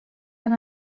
han